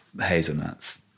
hazelnuts